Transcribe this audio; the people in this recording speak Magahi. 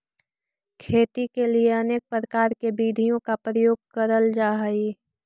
खेती के लिए अनेक प्रकार की विधियों का प्रयोग करल जा हई